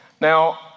Now